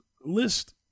list